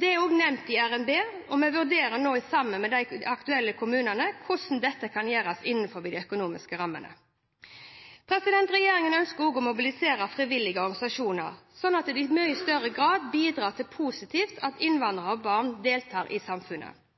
Det er også nevnt i RNB, og vi vurderer nå sammen med de aktuelle kommunene hvordan dette kan gjøres innenfor gjeldende økonomiske rammer. Regjeringen ønsker å mobilisere frivillige organisasjoner, slik at de i mye større grad bidrar positivt til at innvandrere og barna deres deltar i samfunnet.